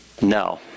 No